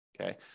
okay